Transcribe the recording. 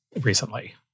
recently